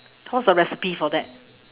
what's the recipe for that